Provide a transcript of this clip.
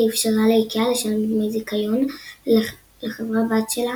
שאפשרה לאיקאה לשלם דמי זיכיון לחברה בת שלה